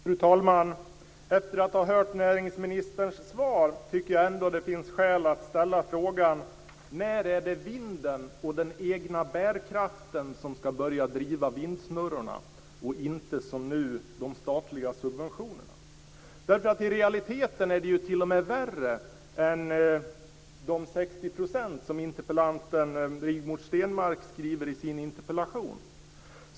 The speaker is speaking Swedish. Fru talman! Efter att ha hört näringsministerns svar tycker jag ändå att det finns skäl att ställa frågan: När är det vinden och den egna bärkraften som ska börja driva vindsnurrorna och inte som nu de statliga subventionerna? I realiteten är det t.o.m. värre än det som interpellanten Rigmor Stenmark skriver i sin interpellation - 60 %.